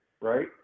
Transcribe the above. right